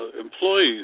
employees